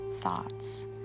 thoughts